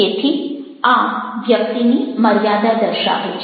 તેથી આ વ્યક્તિની મર્યાદા દર્શાવે છે